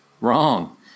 Wrong